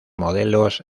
modelos